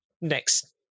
next